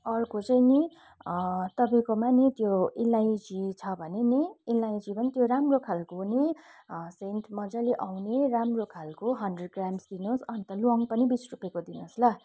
अर्को चाहिँ नि तपाईँकोमा नि त्यो अलैँची छ भने नि अलैँची पनि त्यो राम्रो खालको नि सेन्ट मज्जाले आउने राम्रो खालको हन्ड्रेड ग्राम्स दिनुहोस् अन्त ल्वाङ पनि बिस रुपियाँको दिनुहोस् ल